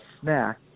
snack